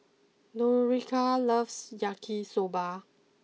Nautica loves Yaki Soba